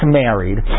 married